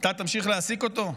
אתה תמשיך להעסיק אותו?